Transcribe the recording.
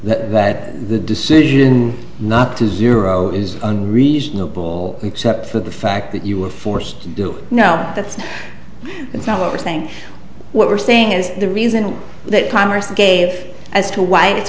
rating that the decision not to zero is unreasonable except for the fact that you were forced to do no that's that's not what we're saying what we're saying is the reason that congress gave as to why it's